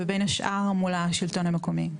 ובין השאר מול השלטון המקומי.